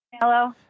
Hello